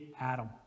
Adam